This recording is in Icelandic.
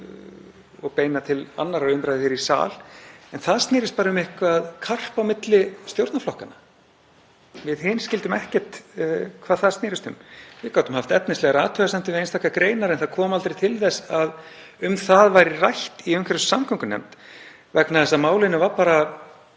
og beina til 2. umr. hér í sal. En það snerist bara um eitthvert karp á milli stjórnarflokkanna. Við hin skildum ekkert hvað það snerist um. Við gátum haft efnislegar athugasemdir við einstakar greinar en það kom aldrei til þess að um það væri rætt í umhverfis- og samgöngunefnd vegna þess að málinu var bara